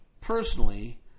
personally